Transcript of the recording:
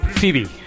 Phoebe